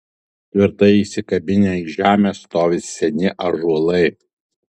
tvirtai įsikabinę į žemę stovi seni ąžuolai